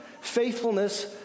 Faithfulness